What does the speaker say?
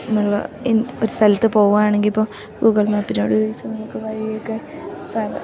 നമ്മൾ ഒരു സ്ഥലത്ത് പോകാണെങ്കിൽ ഇപ്പോൾ ഗൂഗിൾ മാപ്പിനോട് ചോദിച്ചാൽ നമുക്ക് വഴിയൊക്കെ